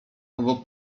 owo